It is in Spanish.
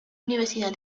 universidad